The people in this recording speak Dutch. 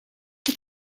het